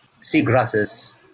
Seagrasses